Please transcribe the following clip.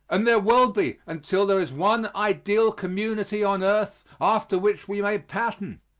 and there will be until there is one ideal community on earth after which we may pattern.